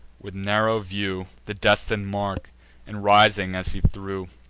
with narrow view, the destin'd mark and, rising as he threw,